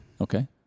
Okay